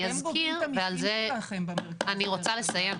אני אזכיר --- אתם --- את המקרים שלכם במרכז --- אני רוצה לסיים,